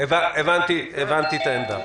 - הבנתי את העמדה.